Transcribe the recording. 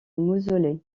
mausolée